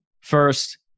first